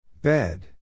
Bed